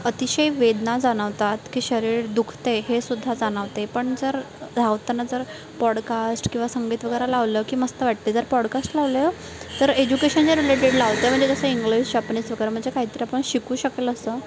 अतिशय वेदना जाणवतात की शरीर दुखतं आहे हेसुद्धा जाणवते पण जर धावताना जर पॉडकास्ट किंवा संगीत वगैरे लावलं की मस्त वाटतं जर पॉडकास्ट लावलं तर एज्युकेशनच्या रिलेटेड लावते म्हणजे जसं इंग्लिश जापनीज वगैरे म्हणजे काहीतरी पण शिकू शकेल असं